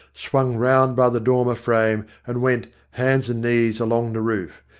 swung round by the dormer-frame, and went, hands and knees, along the roof.